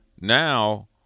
Now